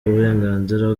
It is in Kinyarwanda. uburenganzira